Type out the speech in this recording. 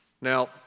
Now